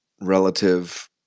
relative